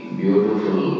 beautiful